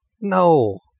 No